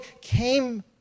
came